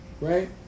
Right